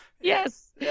Yes